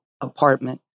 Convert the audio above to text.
apartment